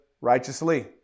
righteously